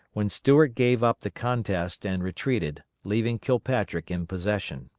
when stuart gave up the contest and retreated, leaving kilpatrick in possession.